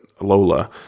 lola